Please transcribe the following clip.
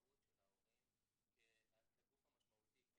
המשמעות של ההורים כגוף המשמעותי,